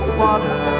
water